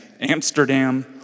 Amsterdam